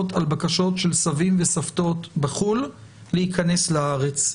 על בקשות של סבים וסבתות בחו"ל להיכנס לארץ.